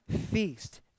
feast